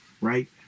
right